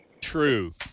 true